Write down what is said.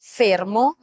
fermo